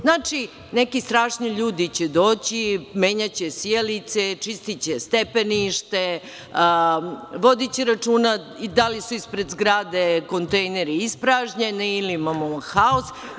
Znači, neki strašni ljudi će doći i menjaće sijalice, čistiće stepenište, vodiće računa da li su ispred zgrade kontejneri ispražnjeni ili imamo haos.